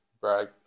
brag